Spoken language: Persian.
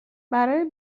برای